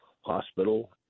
hospital